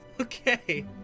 Okay